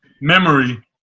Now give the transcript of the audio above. memory